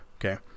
Okay